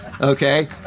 okay